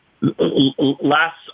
Last